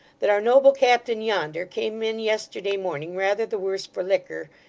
that our noble captain yonder, came in yesterday morning rather the worse for liquor,